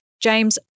James